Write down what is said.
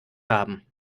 haben